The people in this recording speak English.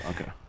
Okay